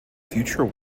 future